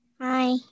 Hi